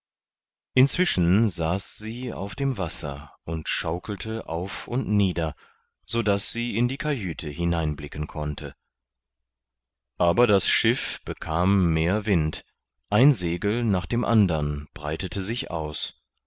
inzwischen saß sie auf dem wasser und schaukelte auf und nieder sodaß sie in die kajüte hineinblicken konnte aber das schiff bekam mehr wind ein segel nach dem andern breitete sich aus